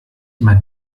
immer